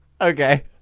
okay